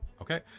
Okay